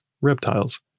reptiles